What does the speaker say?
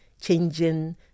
changing